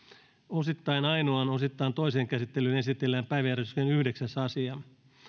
osittain ainoaan osittain toiseen käsittelyyn esitellään päiväjärjestyksen yhdeksäs asia